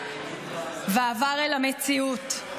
ועבר אל המציאות.